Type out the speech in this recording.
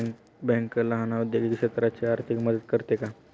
Bank लहान औद्योगिक क्षेत्राची आर्थिक मदत करते का?